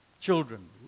Children